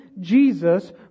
Jesus